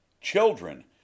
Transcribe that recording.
children